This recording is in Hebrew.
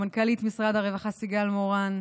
למנכ"לית משרד הרווחה סיגל מורן,